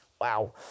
Wow